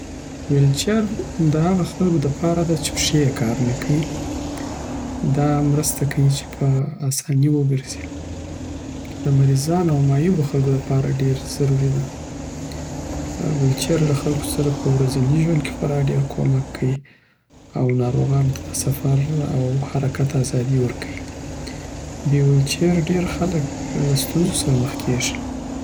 ویلچیر د هغه خلکو د پاره ده چې پښې یې کار نه کوي. دا مرسته کوي چې په اسانی وګرزی. د مریضانو او معیوبو خلکو دپاره ډېر ضروری ده. ویلچیر له خلکو سره په ورځني ژوند کې خوار ډیر کومک کوي. او ناروغانو ته د سفر او حرکت آزادي ورکوي. بې ویلچیر ډېر خلک له ستونزو سره مخ کېږي.